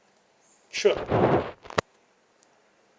sure